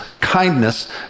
kindness